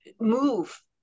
move